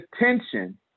attention